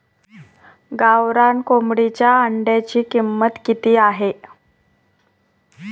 गावरान कोंबडीच्या अंड्याची किंमत किती आहे?